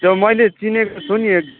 त्यो मैले चिनेको छु नि एक